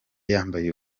yambaye